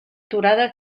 aturada